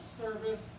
service